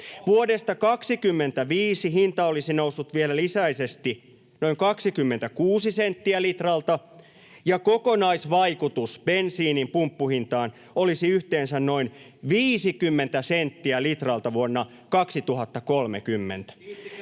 Vuodesta 25 hinta olisi noussut vielä lisäisesti noin 26 senttiä litralta, ja kokonaisvaikutus bensiinin pumppuhintaan olisi yhteensä noin 50 senttiä litralta vuonna 2030.